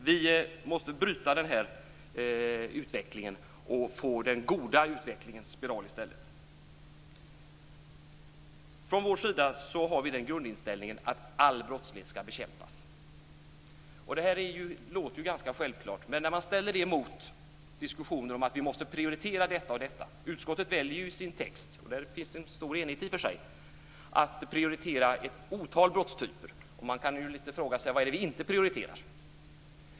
Vi måste bryta den utvecklingen och få den goda utvecklingens spiral i stället. Från vår sida har vi grundinställningen att all brottslighet skall bekämpas. Det låter ganska självklart. Men man kan ställa det mot diskussionen om att man måste prioritera det ena och det andra. Utskottet väljer i sin text - och det finns i och för sig en stor enighet om det - att prioritera ett otal brottstyper. Man kan litet grand fråga sig vad det är som vi inte prioriterar.